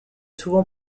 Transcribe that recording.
souvent